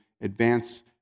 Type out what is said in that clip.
advance